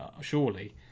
surely